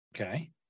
okay